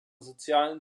sozialen